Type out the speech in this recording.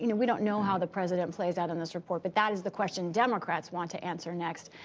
you know we don't know how the president plays out in this report but that is the question democrats want to answer next.